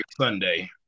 Sunday